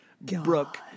Brooke